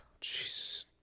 Jesus